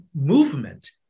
movement